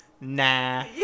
nah